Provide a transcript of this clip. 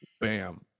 Bam